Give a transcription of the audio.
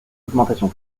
augmentation